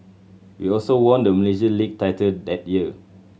we also won the Malaysia League title that year